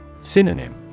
Synonym